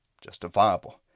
justifiable